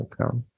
Okay